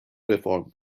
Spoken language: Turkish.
reform